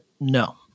no